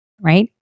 right